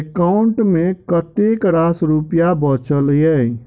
account मे कतेक रास रुपया बचल एई